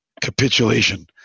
capitulation